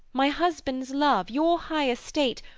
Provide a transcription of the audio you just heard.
my husband's love, your high estate,